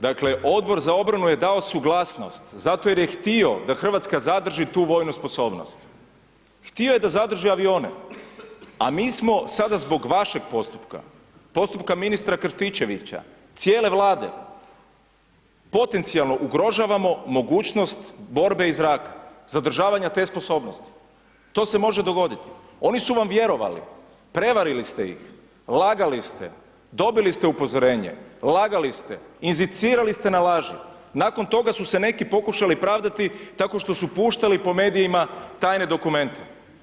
Dakle, Odbor za obranu je dao suglasnost zato jer je htio da RH zadrži tu vojnu sposobnost, htio je da zadrži avione, a mi smo sada zbog vašeg postupka, postupka ministra Krstičevića, cijele Vlade, potencijalno ugrožavamo mogućnost borbe iz zraka, zadržavanja te sposobnosti, to se može dogoditi, oni su vam vjerovali, prevarili ste ih, lagali ste, dobili ste upozorenje, lagali ste, inzicirali ste na laži, nakon toga su se neki pokušali pravdati tako što su puštali po medijima tajne dokumente.